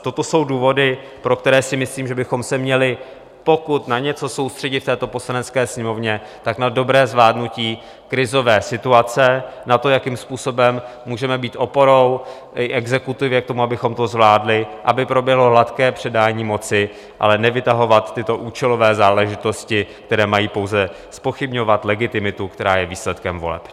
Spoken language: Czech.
Toto jsou důvody, pro které si myslím, že bychom se měli pokud na něco soustředit v této Poslanecké sněmovně, tak na dobré zvládnutí krizové situace, na to, jakým způsobem můžeme být oporou i exekutivě k tomu, abychom to zvládli, aby proběhlo hladké předání moci, ale nevytahovat tyto účelové záležitosti, které mají pouze zpochybňovat legitimitu, která je výsledkem voleb.